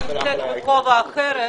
אני כבר נמצאת כאן בכובע אחר.